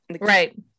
right